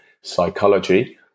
psychology